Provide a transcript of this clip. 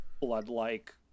blood-like